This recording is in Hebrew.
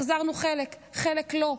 החזרנו חלק, חלק לא.